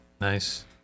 Nice